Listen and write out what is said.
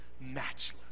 matchless